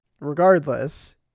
Regardless